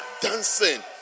dancing